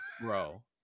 Bro